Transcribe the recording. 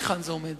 היכן זה עומד?